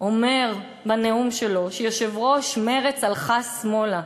אומר בנאום שלו שיושבת-ראש מרצ הלכה שמאלה.